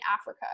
Africa